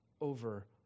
over